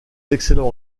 excellents